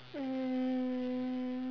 um